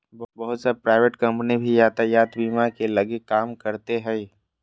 बहुत सा private company भी यातायात बीमा के लगी काम करते हइ